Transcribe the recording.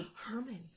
Herman